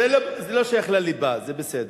זה לא שייך לליבה, זה בסדר.